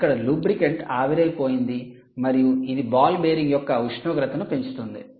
ఇక్కడ లూబ్రికంట్ ఆవిరైపోయింది మరియు ఇది బాల్ బేరింగ్ యొక్క ఉష్ణోగ్రతను పెంచుతుంది